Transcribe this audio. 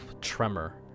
tremor